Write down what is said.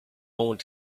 going